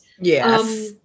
Yes